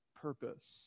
purpose